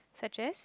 such as